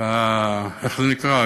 ואיך זה נקרא?